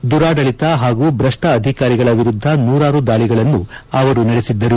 ದುರಾಡಳಿತ ಹಾಗೂ ಭ್ರಷ್ವ ಅಧಿಕಾರಿಗಳ ವಿರುದ್ದ ನೂರಾರು ದಾಳಿಗಳನ್ನು ಅವರು ನಡೆಸಿದ್ದರು